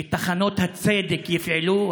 שתחנות הצדק יפעלו?